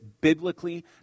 biblically